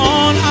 on